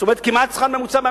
זאת אומרת, כמעט שכר ממוצע במשק.